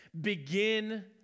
Begin